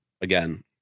Again